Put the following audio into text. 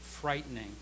frightening